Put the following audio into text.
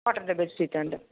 കോട്ടൻ്റെ ബെഡ് ഷീറ്റുണ്ട്